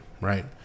right